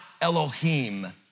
Elohim